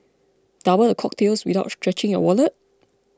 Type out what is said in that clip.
double the cocktails without stretching your wallet